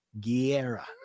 Guerra